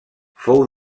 fou